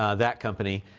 ah that company.